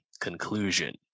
conclusion